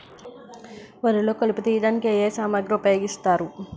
వరిలో కలుపు తియ్యడానికి ఏ ఏ సామాగ్రి ఉపయోగిస్తారు?